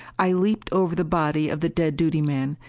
i leaped over the body of the dead duty man,